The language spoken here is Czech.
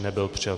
Nebyl přijat.